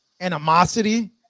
animosity